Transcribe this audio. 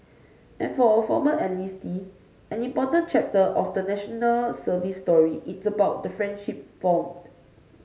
and for a former enlistee an important chapter of the National Service story is about the friendship formed